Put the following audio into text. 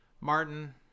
Martin